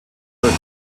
roots